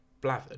blathered